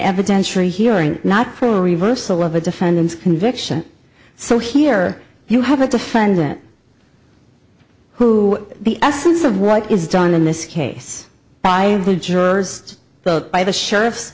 evidence for hearing not proof reversal of a defendant's conviction so here you have a defendant who the essence of what is done in this case by the jurors both by the sheriff